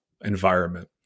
environment